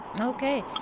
Okay